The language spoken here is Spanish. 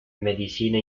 medicina